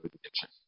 addiction